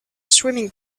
swimming